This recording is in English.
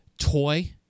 toy